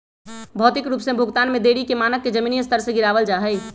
भौतिक रूप से भुगतान में देरी के मानक के जमीनी स्तर से गिरावल जा हई